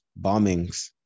bombings